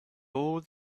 all